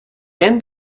end